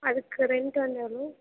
அதுக்கு ரென்ட் வந்து எவ்வளோ